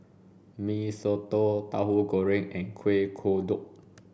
Mee Soto Tahu Goreng and Kueh Kodok